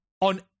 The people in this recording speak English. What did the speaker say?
on